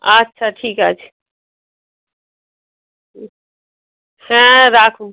আচ্ছা ঠিক আছে হ্যাঁ রাখুন